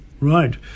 Right